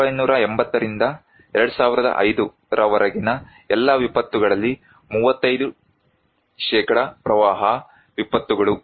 1980 ರಿಂದ 2005 ರವರೆಗಿನ ಎಲ್ಲಾ ವಿಪತ್ತುಗಳಲ್ಲಿ 35 ಪ್ರವಾಹ ವಿಪತ್ತುಗಳು